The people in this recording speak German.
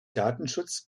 datenschutz